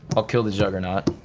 i'll kill the juggernaut.